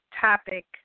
topic